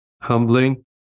humbling